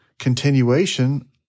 continuation